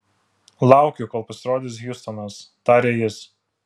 laukiu kol pasirodys hjustonas tarė jis